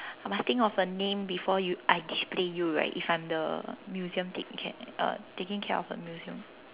must think of a name before you I display you right if I'm the museum taking care uh taking care of a museum